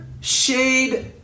shade